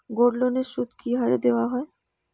গোল্ডলোনের সুদ কি হারে দেওয়া হয়?